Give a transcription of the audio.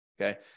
Okay